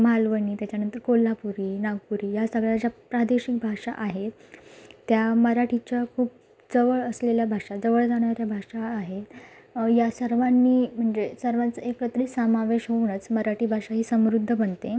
मालवणी त्याच्यानंतर कोल्हापुरी नागपुरी ह्या सगळ्या ज्या प्रादेशिक भाषा आहे त्या मराठीच्या खूप जवळ असलेल्या भाषा जवळ जाणाऱ्या भाषा आहेत या सर्वांनी म्हणजे सर्वांचं एकत्रित सामावेश होऊनच मराठी भाषा ही समृद्ध बनते